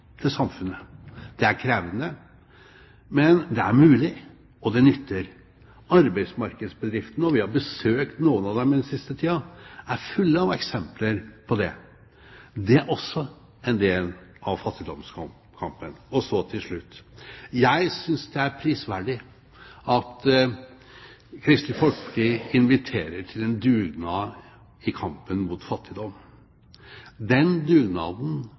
til samfunnet. Det er krevende, men det er mulig, og det nytter. Arbeidsmarkedsbedriftene – og vi har besøkt noen av dem den siste tida – er fulle av eksempler på det. Det er også en del av fattigdomskampen. Så til slutt: Jeg synes det er prisverdig at Kristelig Folkeparti inviterer til en dugnad i kampen mot fattigdom. Den dugnaden